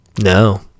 no